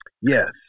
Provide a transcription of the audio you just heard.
Yes